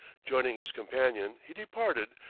joining his companion he departed,